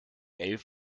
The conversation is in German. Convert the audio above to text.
elf